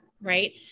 right